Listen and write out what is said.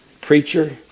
preacher